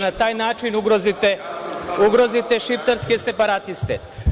i da na taj način ugrozite šiptarske separatiste.